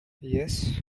yes